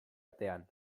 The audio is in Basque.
artean